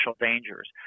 dangers